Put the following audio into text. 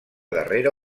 darrera